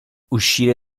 uscire